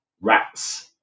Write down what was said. rats